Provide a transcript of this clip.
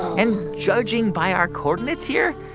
and judging by our coordinates here,